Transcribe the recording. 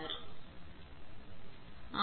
எனவே ஆர்